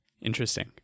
Interesting